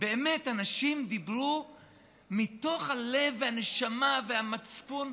באמת אנשים דיברו מתוך הלב והנשמה והמצפון.